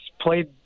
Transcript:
played